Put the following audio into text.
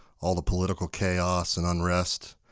all the political chaos and unrest,